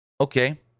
okay